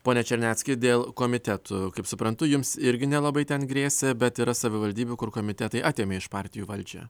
pone černecki dėl komitetų kaip suprantu jums irgi nelabai ten grėsė bet yra savivaldybių kur komitetai atėmė iš partijų valdžią